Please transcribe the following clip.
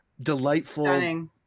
delightful